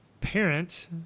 parent